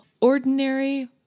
Ordinary